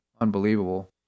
Unbelievable